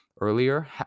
earlier